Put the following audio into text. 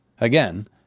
Again